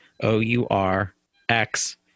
O-U-R-X